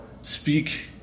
speak